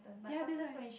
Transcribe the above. ya that's why